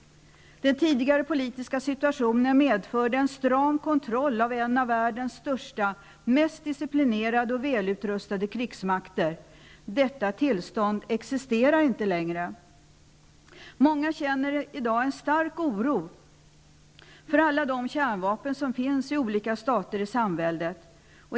Den tidigare politiska situationen medförde en stram kontroll av en av världens största, mest disciplinerade och välutrustade krigsmakter. Detta tillstånd existerar inte längre. Många känner i dag en stor oro för alla de kärnvapen som finns i olika stater i det nya samväldet.